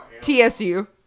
TSU